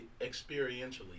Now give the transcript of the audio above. experientially